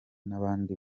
n’abandi